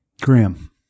Graham